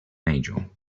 angel